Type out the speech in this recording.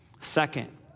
Second